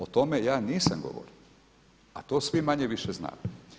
O tome ja nisam govorio, a to svi manje-više znademo.